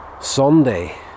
Sunday